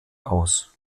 aus